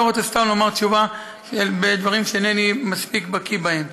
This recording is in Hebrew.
אני לא רוצה סתם לומר תשובה על דברים שאינני מספיק בקי בהם.